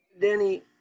Danny